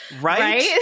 right